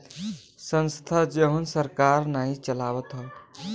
संस्था जवन सरकार नाही चलावत हौ